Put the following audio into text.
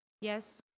Yes